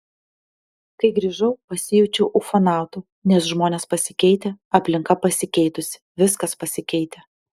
kai grįžau pasijaučiau ufonautu nes žmonės pasikeitę aplinka pasikeitusi viskas pasikeitę